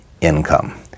income